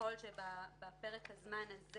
ככל שבפרק הזמן הזה